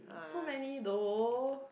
so many though